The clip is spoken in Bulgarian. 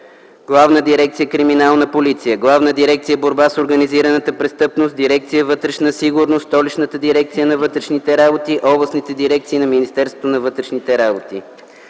Главна дирекция „Криминална полиция”, Главна дирекция „Борба с организираната престъпност”, дирекция „Вътрешна сигурност”, Столичната дирекция на вътрешните работи, областните дирекции на Министерството на вътрешните работи.